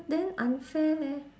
then unfair leh